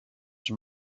from